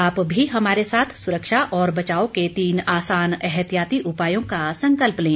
आप भी हमारे साथ सुरक्षा और बचाव के तीन आसान एहतियाती उपायों का संकल्प लें